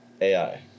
ai